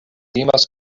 timas